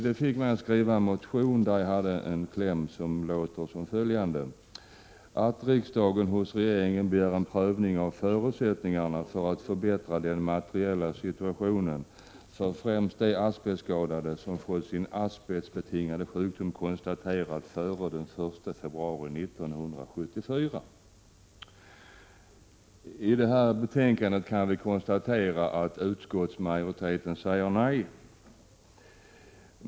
Det fick mig att skriva en motion med klämmen ”att riksdagen hos regeringen begär en prövning av förutsättningarna för att förbättra den materiella situationen för främst de asbestskadade som fått sin asbestbetingade sjukdom konstaterad före den 1 februari 1974”. Utskottsmajoriteten säger nej till detta förslag.